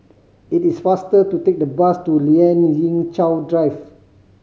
it is faster to take the bus to Lien Ying Chow Drive